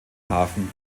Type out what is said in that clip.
hafen